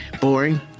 boring